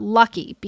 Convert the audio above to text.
lucky